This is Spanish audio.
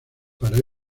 para